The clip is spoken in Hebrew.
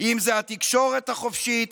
אם זה התקשורת החופשית,